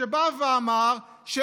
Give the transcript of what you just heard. ואמרתי